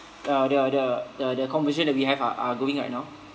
uh the the the conversion that we have are are going right now